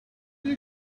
you